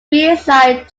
reassigned